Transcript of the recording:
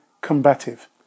combative